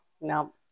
no